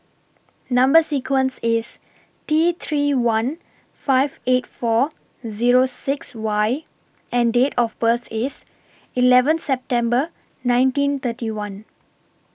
Number sequence IS T three one five eight four Zero six Y and Date of birth IS eleven September nineteen thirty one